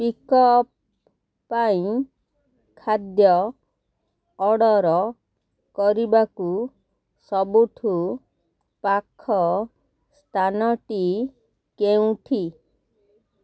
pickup ପାଇଁ ଖାଦ୍ୟ order କରିବାକୁ ସବୁଠୁ ପାଖ ସ୍ଥାନଟି କେଉଁଠି